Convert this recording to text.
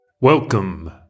Welcome